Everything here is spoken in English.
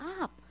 up